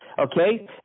Okay